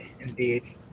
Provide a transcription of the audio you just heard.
indeed